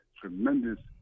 tremendous